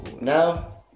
now